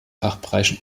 fachbereichen